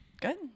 Good